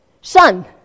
son